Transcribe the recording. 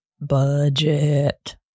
budget